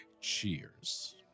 Cheers